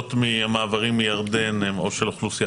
הכניסות מהמעברים מירדן הן של אוכלוסייה